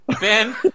Ben